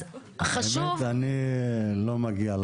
כי בסוף יש כאן כמה דברים שאני באתי ובחנתי אותם.